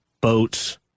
boats